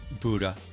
Buddha